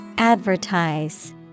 Advertise